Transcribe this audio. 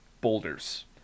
boulders